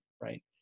right